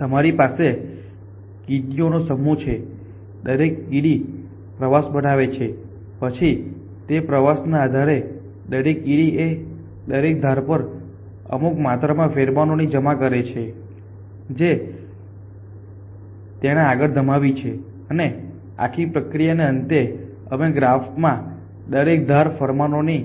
તમારી પાસે કીડીઓનો સમૂહ છે દરેક કીડી પ્રવાસ બનાવે છે પછી તે પ્રવાસના આધારે દરેક કીડી એ દરેક ધાર પર અમુક માત્રામાં ફેરોમોન જમા કરે છે જે તેણે આગળ ધપાવી છે અને આખી પ્રક્રિયાના અંતે અમે ગ્રાફમાં દરેક ધાર પર ફેરોમોન ની